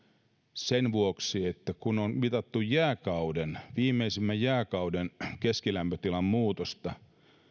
sen vuoksi että kun on mitattu viimeisimmän jääkauden keskilämpötilan muutosta